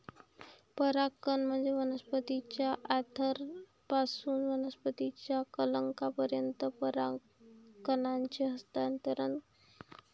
परागकण म्हणजे वनस्पतीच्या अँथरपासून वनस्पतीच्या कलंकापर्यंत परागकणांचे हस्तांतरण